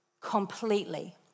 completely